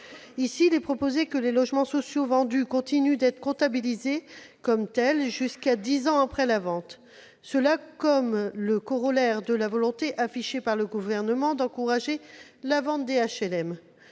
il est proposé que les logements sociaux vendus continuent d'être comptabilisés comme tels jusqu'à dix ans après la vente. Cela vient comme le corollaire de la volonté affichée par le Gouvernement d'encourager la vente des HLM.